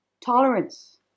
tolerance